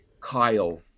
Kyle